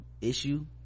issue